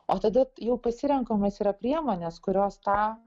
o tada jau pasirenkamos yra priemonės kurios tą